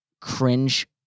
cringe